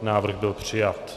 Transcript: Návrh byl přijat.